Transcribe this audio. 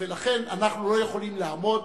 ולכן, אנחנו לא יכולים לעמוד